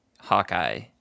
Hawkeye